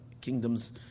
kingdoms